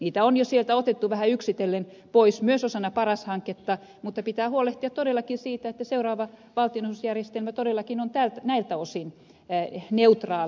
niitä on jo sieltä otettu vähän yksitellen pois myös osana paras hanketta mutta pitää huolehtia todellakin siitä että seuraava valtionosuusjärjestelmä todellakin on näiltä osin neutraali